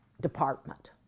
department